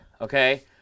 okay